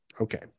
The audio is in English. Okay